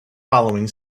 following